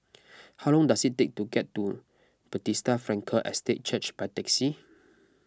how long does it take to get to Bethesda Frankel Estate Church by taxi